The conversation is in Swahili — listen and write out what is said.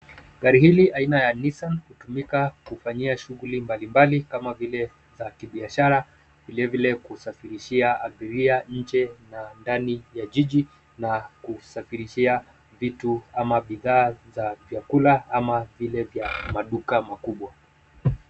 Gari hili aina ya Nissan hutumika kufanyia shughuli mbali kama vile za kibiashara vilevile kusafirishia abiria nje na ndani ya jiji na kusafirishia vitu ama bidhaa za vyakula ama vile vya maduka makubwa.